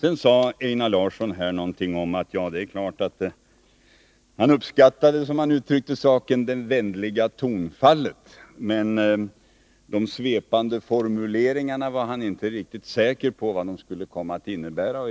Einar Larsson sade att han uppskattade, som han uttryckte saken, det vänliga tonfallet, men han var inte riktigt säker på vad de svepande formuleringarna skulle komma att innebära.